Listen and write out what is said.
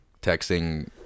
texting